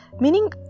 meaning